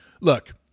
look